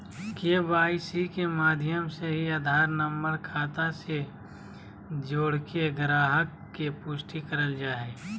KYC के माध्यम से ही आधार नम्बर खाता से जोड़के गाहक़ के पुष्टि करल जा हय